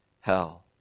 hell